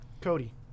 Cody